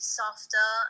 softer